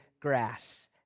Grass